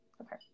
Okay